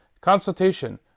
Consultation